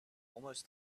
almost